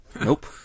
nope